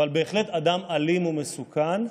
אבל בהחלט הוא אדם אלים ומסוכן,